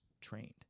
trained